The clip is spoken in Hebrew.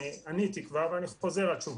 הגשנו כתב אישום נגד כאמל ח'טיב.